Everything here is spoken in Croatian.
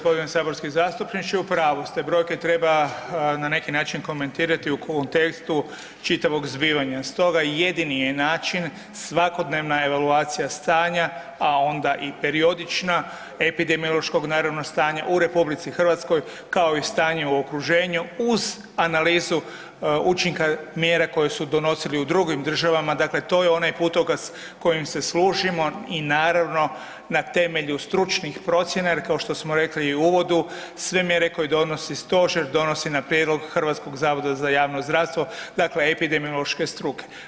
Poštovani g. saborski zastupniče, u pravu ste, brojke treba na neki način komentirati u kontekstu čitavog zbivanja, stoga jedini je način svakodnevna evaluacija stanja, a onda i periodična, epidemiološkog naravno, stanja u RH, kao i stanje u okruženju uz analizu učinka mjera koje su donosili u drugim državama, dakle to je onaj putokaz kojim se služimo i naravno, na temelju stručnih procjena jer kao što smo rekli i u uvodu, sve mjere koje donosi Stožer, donosi na prijedlog HZJZ-a, dakle epidemiološke struke.